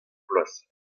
vloaz